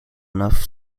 enough